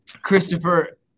Christopher